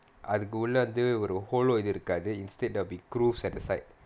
அதுக்குள்ள வந்து ஒரு:athukulla vanthu oru hollow இது இருக்காது:ithu irukkaathu instead the be grooves at the side